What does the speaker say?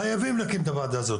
חייבים להקים את הוועדה הזו,